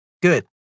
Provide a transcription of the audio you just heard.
good